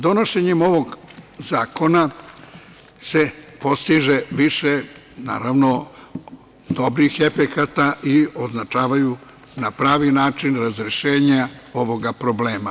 Donošenjem ovog zakona se postiže više, naravno, dobrih efekata i označavaju na pravi način razrešenja ovog problema.